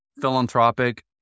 philanthropic